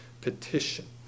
petition